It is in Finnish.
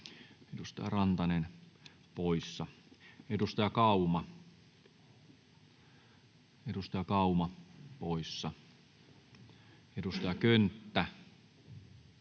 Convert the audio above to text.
edustaja Rantanen poissa. Edustaja Kauma, edustaja Kauma poissa. Edustaja Könttä,